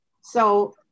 So-